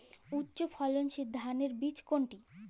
উচ্চ ফলনশীল ধানের বীজ কোনটি?